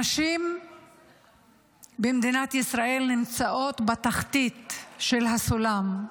הנשים במדינת ישראל נמצאות בתחתית של הסולם.